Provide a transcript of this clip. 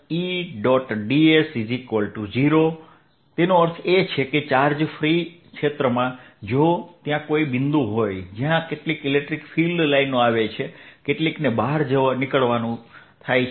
d s0 તેનો અર્થ એ છે કે ચાર્જ ફ્રી ક્ષેત્રમાં જો ત્યાં કોઈ બિંદુ હોય જ્યાં કેટલીક ઇલેક્ટ્રિક ફીલ્ડ લાઇનો આવે છે કેટલીકને બહાર નીકળવું પડે છે